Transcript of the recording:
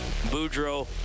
Boudreaux